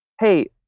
hey